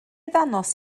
ddangos